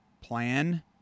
Plan